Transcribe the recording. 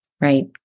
right